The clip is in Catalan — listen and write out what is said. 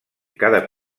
cada